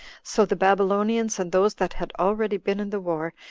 so the babylonians, and those that had already been in the war,